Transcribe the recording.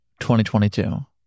2022